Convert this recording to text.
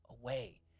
away